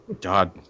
God